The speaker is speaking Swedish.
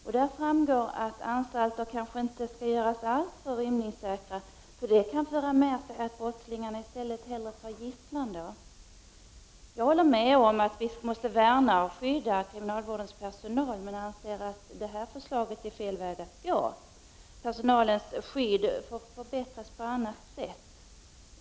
Av dessa framgår att anstalter inte skall göras alltför rymningssäkra, eftersom det kan föra med sig att brottslingar i stället tar gisslan. Jag håller med om att vi måste värna och skydda kriminalvårdens personal, men jag anser att detta är fel väg att gå. Personalens skydd måste förbättras på annat sätt.